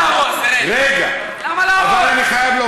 למה להרוס, אראל, למה